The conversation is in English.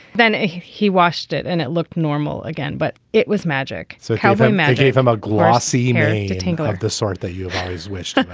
then he washed it and it looked normal again. but it was magic. so how that man gave him a glassy tangle of the sort that you've always wished